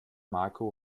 marco